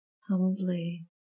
humbly